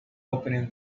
opening